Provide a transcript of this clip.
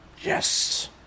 Yes